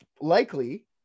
likely